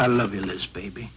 i love you this baby